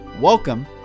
Welcome